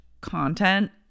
content